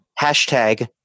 Hashtag